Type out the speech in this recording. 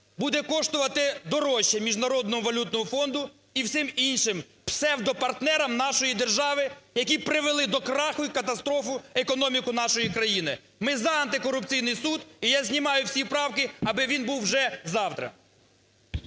буде коштувати дорожче Міжнародному валютному фонду і всім іншим псевдопартнерам нашої держави, які привели до краху і катастрофи економіку нашої країни. Ми – за антикорупційний суд, і я знімаю всі правки, аби він був вже завтра.